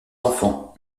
enfants